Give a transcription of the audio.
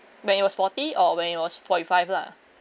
when it was forty or when it was forty-five lah